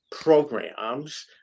programs